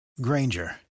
Granger